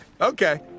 Okay